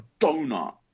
Donut